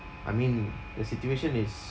I mean the situation is